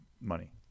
money